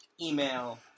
email